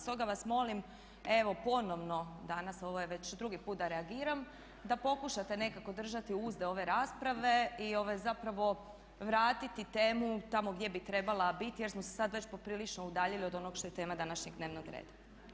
Stoga vas molim evo ponovno danas, ovo je već drugi puta da reagiram da pokušate nekako držati uzde ove rasprave i zapravo vratiti temu tamo gdje bi trebala biti jer smo se sada već poprilično udaljili od onog što je tema današnjeg dnevnog reda.